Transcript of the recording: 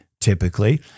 typically